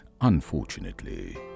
Unfortunately